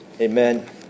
amen